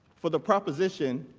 for the proposition